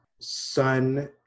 son